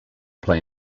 play